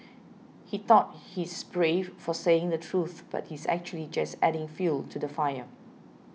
he thought he's brave for saying the truth but he's actually just adding fuel to the fire